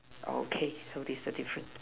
okay so this is the difference